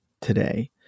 today